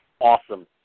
Awesome